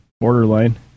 borderline